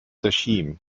regime